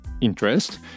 interest